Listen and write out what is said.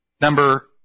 Number